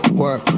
work